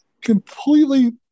completely